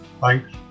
Bye